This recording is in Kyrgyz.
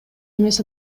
эмес